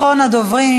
אחרון הדוברים.